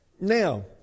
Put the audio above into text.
now